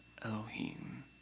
Elohim